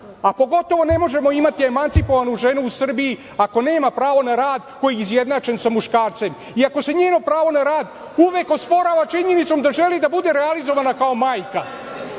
A pogotovo ne možemo imati emancipovanu ženu u Srbiji ako nema pravo na rad koji je izjednačen sa muškarcem i ako se njeno pravo na rad uvek osporava činjenicom da želi da bude realizovana kao majka.